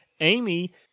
Amy